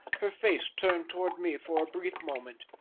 her face turned towards me for a brief moment,